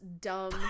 dumb